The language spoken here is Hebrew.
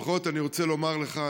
אבל בכל זאת אני רוצה לומר לך,